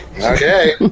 Okay